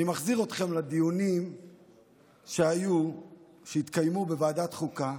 אני מחזיר אתכם לדיונים שהתקיימו בוועדת חוקה